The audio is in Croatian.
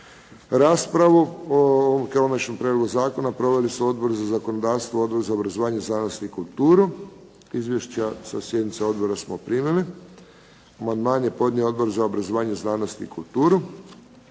Raspravu o ovom Konačnom prijedlogu zakona proveli su Odbor za zakonodavstvo, Odbor za obrazovanje, znanost i kulturu. Izvješća sa sjednica odbora smo primili. Amandman je podnio Odbor za obrazovanje, znanost i kulturu.